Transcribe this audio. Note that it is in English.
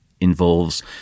involves